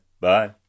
Bye